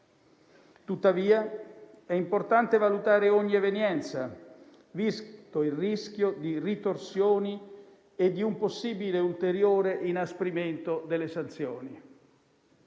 Tuttavia è importante valutare ogni evenienza, visto il rischio di ritorsioni e di un possibile ulteriore inasprimento delle sanzioni.